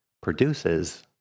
produces